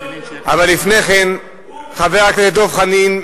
אבל לפני כן חבר הכנסת דב חנין,